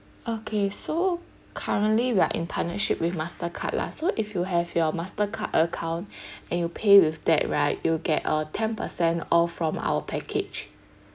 okay so currently we're in partnership with mastercard lah so if you have your mastercard account and you pay with that right you'll get a ten percent off from our package